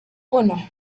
uno